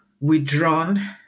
withdrawn